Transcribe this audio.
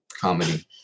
Comedy